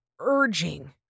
urging